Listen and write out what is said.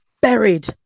buried